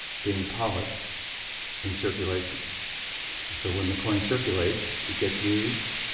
being polished in circulation so when the coin circulates, it gets used,